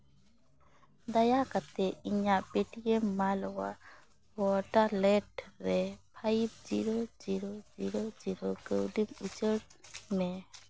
ᱫᱟᱭᱟ ᱠᱟᱛᱮᱫ ᱤᱧᱟᱹᱜ ᱯᱮᱴᱤᱭᱮᱢ ᱢᱟᱞᱚᱣᱟ ᱚᱣᱴᱟᱞᱮᱴ ᱨᱮ five zero zero zero zero ᱠᱟᱹᱣᱰᱤ ᱩᱪᱟᱹᱲ ᱢᱮ